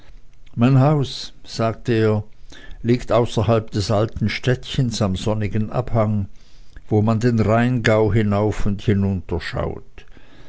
mein haus sagte er liegt außerhalb des alten städtchens am sonnigen abhang wo man den rheingau hinauf und hinunter